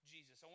Jesus